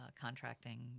contracting